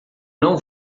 não